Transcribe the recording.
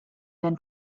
been